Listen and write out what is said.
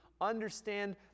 understand